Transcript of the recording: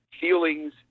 feelings